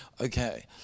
okay